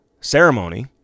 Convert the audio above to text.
ceremony